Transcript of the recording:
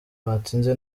batsinze